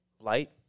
light